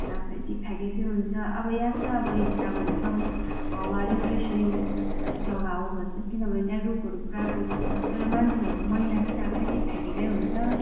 जहाँ पायो त्यहीँ फ्याँकेकै हुन्छ अब याद छ अब हिल्स अब एकदम हावा रिफ्रेसमेन्ट जग्गा हो भन्छ किनभने त्यहाँ रुखहरू पुरा रोप्छ तर मान्छेहरूको मैलाहरू चाहिँ जहाँ पायो त्यहीँ फ्याँकेकै हुन्छ